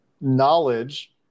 knowledge –